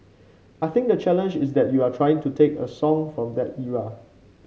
I think the challenge is that you are trying to take a song from the era